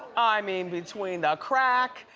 i mean between the crack,